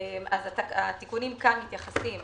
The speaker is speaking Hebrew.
התיקונים כאן מתייחסים